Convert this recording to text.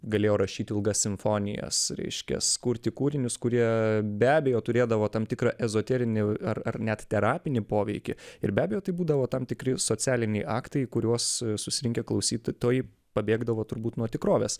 galėjo rašyt ilgas simfonijas reiškias kurti kūrinius kurie be abejo turėdavo tam tikrą ezoterinį ar ar net terapinį poveikį ir be abejo tai būdavo tam tikri socialiniai aktai kuriuos susirinkę klausytojai pabėgdavo turbūt nuo tikrovės